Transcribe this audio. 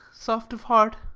soft of heart